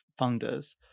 funders